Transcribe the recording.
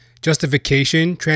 justification